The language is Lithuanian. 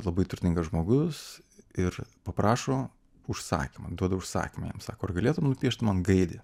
labai turtingas žmogus ir paprašo užsakymą duoda užsakymą jam sako ar galėtum nupiešt man gaidį